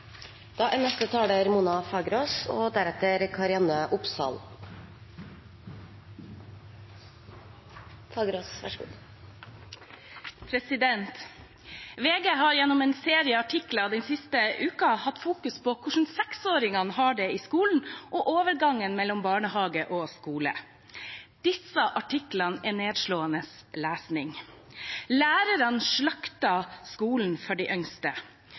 VG har gjennom en serie artikler den siste uken hatt fokus på hvordan seksåringene har det i skolen, og overgangen mellom barnehage og skole. Disse artiklene er nedslående lesning. Lærerne slakter skolen for de yngste.